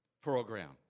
program